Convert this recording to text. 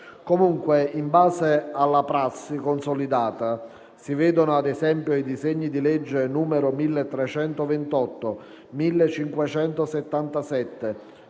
Comunque, in base alla prassi consolidata (si vedano, ad esempio, i disegni di legge nn. 1328, 1577,